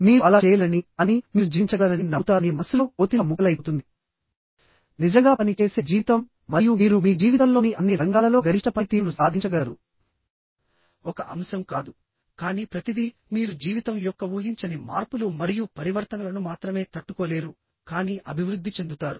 మీరు అలా చేయలేరని కానీ మీరు జీవించగలరని నమ్ముతారని మనస్సులో కోతిలా ముక్కలైపోతుంది నిజంగా పని చేసే జీవితం మరియు మీరు మీ జీవితంలోని అన్ని రంగాలలో గరిష్ట పనితీరును సాధించగలరు ఒక అంశం కాదు కానీ ప్రతిదీ మీరు జీవితం యొక్క ఊహించని మార్పులు మరియు పరివర్తనలను మాత్రమే తట్టుకోలేరు కానీ అభివృద్ధి చెందుతారు